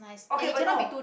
okay but no